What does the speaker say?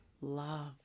love